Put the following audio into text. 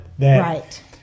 Right